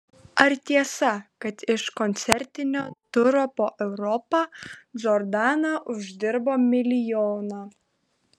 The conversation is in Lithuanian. ar tiesa kad iš koncertinio turo po europą džordana uždirbo milijoną